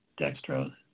dextrose